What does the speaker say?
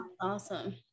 Awesome